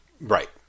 Right